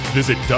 Visit